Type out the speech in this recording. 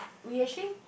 we actually